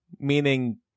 meaning